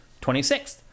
26th